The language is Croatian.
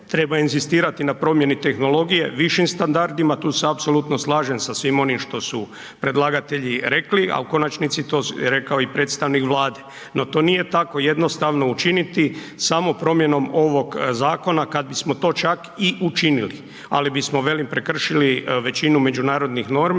treba inzistirati na promjeni tehnologije, višim standardima, tu se apsolutno slažem sa svime onim što su predlagatelji rekli, a u konačnici, to je rekao i predstavnik Vlade. No, to nije tako jednostavno učiniti samo promjenom ovog zakona, kad bismo to čak i učinili, ali bismo, velim, prekršili većinu međunarodnih normi,